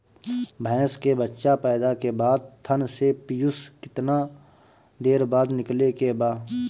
भैंस के बच्चा पैदा के बाद थन से पियूष कितना देर बाद निकले के बा?